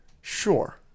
Sure